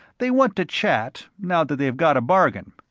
they want to chat, now that they've got a bargain.